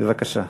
בבקשה.